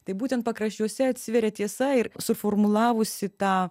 tai būtent pakraščiuose atsiveria tiesa ir suformulavusi tą